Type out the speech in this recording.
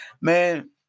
man